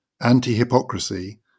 Anti-hypocrisy